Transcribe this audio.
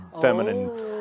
feminine